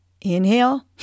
Inhale